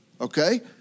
Okay